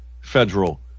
federal